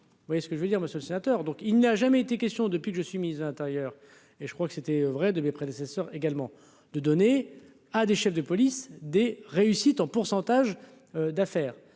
20, voyez ce que je voulais dire, Monsieur le Sénateur, donc il n'a jamais été question depuis que je suis ministre de l'Intérieur et je crois que c'était vrai de mes prédécesseurs également de donner à des chefs de police des réussites en pourcentage d'affaires,